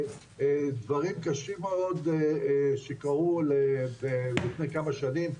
דברים קשים מאוד שקרו לפני כמה שנים.